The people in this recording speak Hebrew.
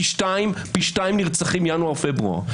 פי שניים נרצחים מינואר-פברואר.